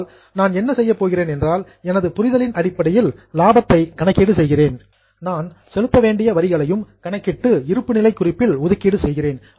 ஆனால் நான் என்ன செய்கிறேன் என்றால் எனது புரிதலின் அடிப்படையில் லாபத்தை கணக்கீடு செய்கிறேன் நான் செலுத்த வேண்டிய வரிகளையும் கணக்கிட்டு இருப்புநிலை குறிப்பில் ஒதுக்கீடு செய்கிறேன்